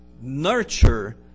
nurture